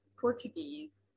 Portuguese